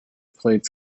played